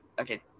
Okay